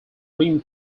rim